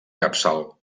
capçal